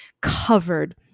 covered